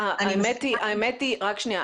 רק שנייה,